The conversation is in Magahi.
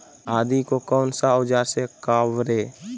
आदि को कौन सा औजार से काबरे?